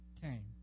came